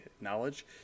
knowledge